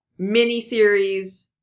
miniseries